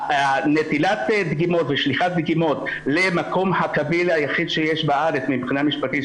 נטילת דגימות ושליחת דגימות למקום הקביל היחיד שיש בארץ מבחינה משפטית,